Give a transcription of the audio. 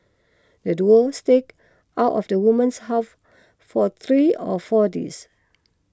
the duo staked out of the woman's house for three or four days